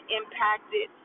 impacted